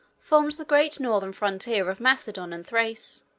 formed the great northern frontier of macedon and thrace.